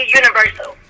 universal